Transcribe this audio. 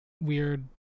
weird